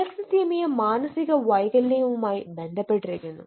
alexithymia മാനസിക വൈകല്യങ്ങളുമായി ബന്ധപ്പെട്ടിരിക്കുന്നു